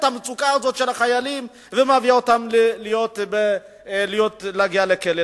המצוקה הזאת של החיילים ומביאה אותם להגיע לכלא.